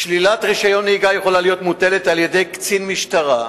שלילת רשיון נהיגה יכולה להיות מוטלת על-ידי קצין משטרה,